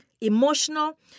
Emotional